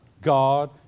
God